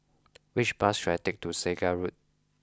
which bus should I take to Segar Road